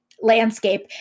landscape